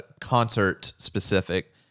concert-specific